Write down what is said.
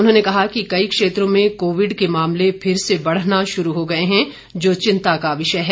उन्होंने कहा कि कई क्षेत्रों में कोविड के मामले फिर से बढ़ना शुरू हए हैं जो चिंता का विषय है